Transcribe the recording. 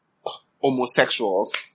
homosexuals